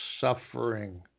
suffering